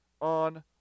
on